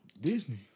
Disney